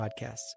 podcasts